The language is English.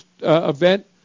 event